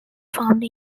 found